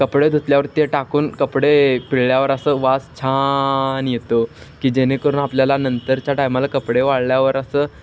कपडे धुतल्यावर ते टाकून कपडे पिळल्यावर असं वास छान येतो की जेणेकरून आपल्याला नंतरच्या टायमाला कपडे वाळल्यावर असं